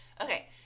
Okay